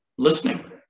listening